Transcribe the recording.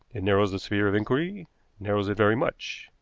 it narrows the sphere of inquiry narrows it very much,